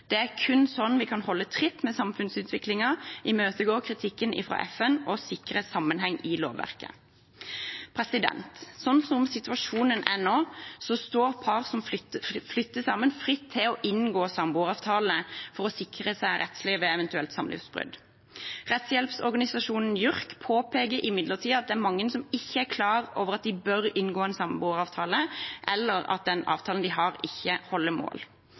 Det er kun sånn vi kan holde tritt med samfunnsutviklingen, imøtegå kritikken fra FN og sikre sammenheng i lovverket. Sånn som situasjonen er nå, står par som flytter sammen, fritt til å inngå samboeravtale for å sikre seg rettslig ved et eventuelt samlivsbrudd. Rettshjelpsorganisasjonen JURK påpeker imidlertid at det er mange som ikke er klar over at de bør inngå en samboeravtale, eller at den avtalen de har, ikke holder mål.